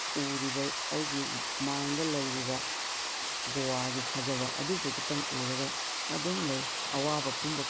ꯎꯔꯤꯕ ꯑꯩꯒꯤ ꯃꯥꯏꯟꯗ ꯂꯩꯔꯤꯕ ꯒꯣꯋꯥꯒꯤ ꯐꯖꯕ ꯑꯗꯨꯗꯨꯈꯛꯇꯪ ꯎꯔꯒ ꯑꯗꯨꯝ ꯂꯩ ꯑꯋꯥꯕ ꯄꯨꯝꯕ